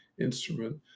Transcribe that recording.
instrument